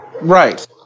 Right